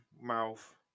mouth